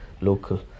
local